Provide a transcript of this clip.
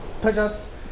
push-ups